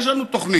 יש לנו תוכנית,